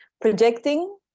projecting